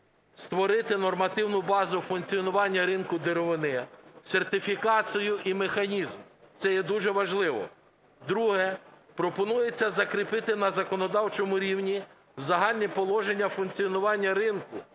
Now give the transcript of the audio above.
створити нормативну базу функціонування ринку деревини, сертифікацію і механізм. Це є дуже важливо. Друге – пропонується закріпити на законодавчому рівні загальні положення функціонування ринку,